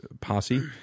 posse